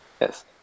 Yes